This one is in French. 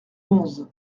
onze